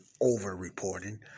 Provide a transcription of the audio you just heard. over-reporting